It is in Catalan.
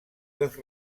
dels